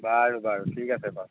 বাৰু বাৰু ঠিক আছে বাৰু